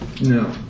No